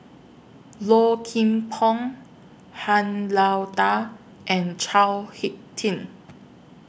Low Kim Pong Han Lao DA and Chao Hick Tin